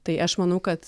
tai aš manau kad